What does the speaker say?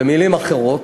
במילים אחרות,